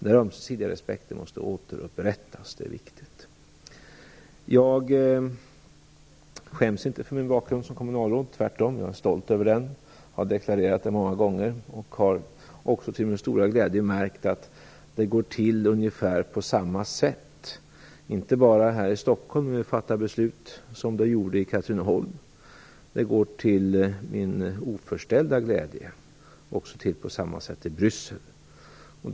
Den ömsesidiga respekten måste återupprättas. Det är viktigt. Jag skäms inte för min bakgrund som kommunalråd. Jag är tvärtom stolt över den. Jag har deklarerat det många gånger och har också till min stora glädje märkt att det inte bara här i Stockholm går till på ungefär samma sätt att fatta beslut som i Katrineholm. Det går till min oförställda glädje också till på samma sätt i Bryssel.